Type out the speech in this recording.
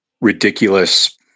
ridiculous